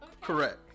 correct